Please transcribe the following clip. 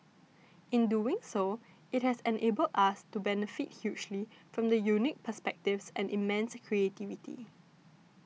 in doing so it has enabled us to benefit hugely from the unique perspectives and immense creativity